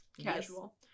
Casual